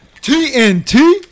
TNT